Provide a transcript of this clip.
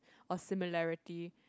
or similarity